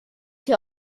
hier